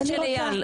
מי נמנע?